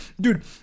dude